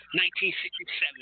1967